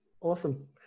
Awesome